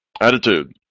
attitude